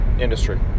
industry